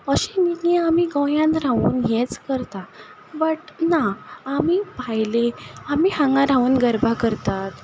अशें न्ही की आमी गोंयान रावून हेंच करता बट ना आमी भायले आमी हांगा रावून गर्बा करतात